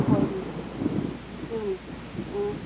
ꯍꯣꯏꯅꯦ ꯎꯝ ꯑ